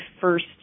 first